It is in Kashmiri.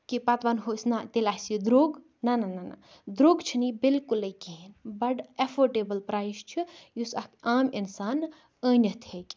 کہِ پتہ وَنو أسۍ نہ تیٚلہ آسہِ یہِ دروٚگ نہ نہ نہ نہ دروٚگ چھُنہٕ یہِ بِلکُلے کِہینۍ بَڈِ أفوڈیبِل پرایس چھُ یُس اکھ آم انسان أنِتھ ہیٚکہ